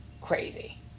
crazy